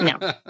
no